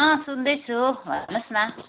सुन्दैछु भन्नु होस् न